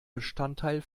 bestandteil